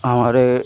हमारे